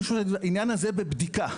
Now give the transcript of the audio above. כי העניין הזה בבדיקה.